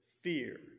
fear